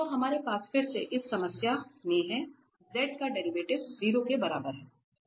तो हमारे पास फिर से इस समस्या में है z का डेरीवेटिव 0 के बराबर है